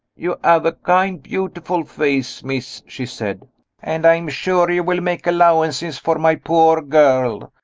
you have a kind beautiful face, miss, she said and i am sure you will make allowances for my poor girl.